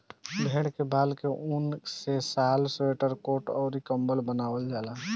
भेड़ के बाल के ऊन से शाल स्वेटर कोट अउर कम्बल बनवाल जाला